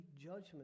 judgment